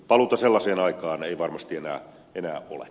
paluuta sellaiseen aikaan ei varmasti enää ole